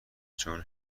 چون